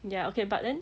ya okay but then